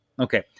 Okay